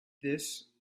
this